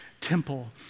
temple